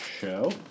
show